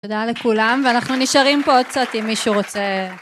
תודה לכולם ואנחנו נשארים פה עוד קצת אם מישהו רוצה